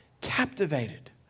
captivated